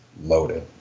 Loaded